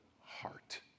heart